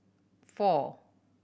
four